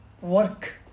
work